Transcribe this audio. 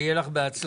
שיהיה לך בהצלחה.